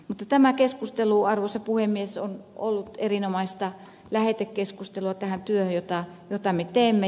mutta tämä keskustelu arvoisa puhemies on ollut erinomaista lähetekeskustelua tähän työhön jota me teemme